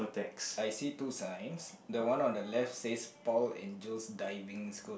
I see two signs the one on the left says Paul and Joe's Diving School